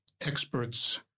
experts